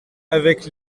avec